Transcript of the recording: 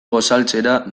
gosaltzera